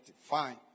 Fine